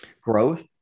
Growth